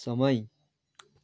समय